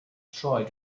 tried